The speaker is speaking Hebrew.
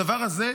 הדבר הזה,